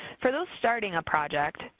for those starting a project,